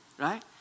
right